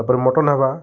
ତା'ର୍ପରେ ମଟନ୍ ହେବା